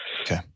Okay